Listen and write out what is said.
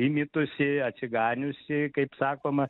įmitusi atsiganiusį kaip sakoma